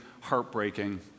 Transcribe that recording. heartbreaking